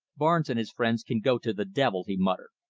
barnes and his friends can go to the devil, he muttered.